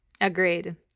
Agreed